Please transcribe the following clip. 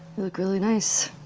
you look really nice.